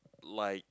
like